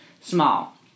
small